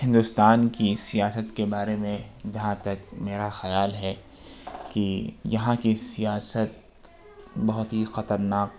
ہندوستان کی سیاست کے بارے میں جہاں تک میرا خیال ہے کی یہاں کی سیاست بہت ہی خطرناک